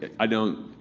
i don't